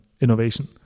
innovation